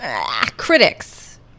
Critics